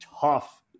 tough